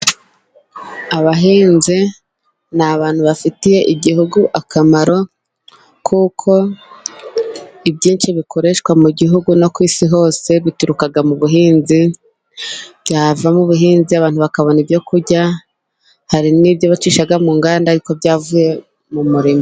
Abahinzi ni abantu bafitiye igihugu akamaro kuko ibyinshi bikoreshwa mu gihugu no ku isi hose bituruka mu buhinzi byava mu buhinzi abantu bakabona ibyo kurya, hari n'ibyo bacisha mu nganda ariko byavuye mu murima.